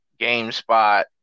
GameSpot